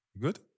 good